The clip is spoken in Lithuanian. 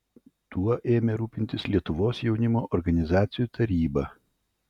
tuo ėmė rūpintis lietuvos jaunimo organizacijų taryba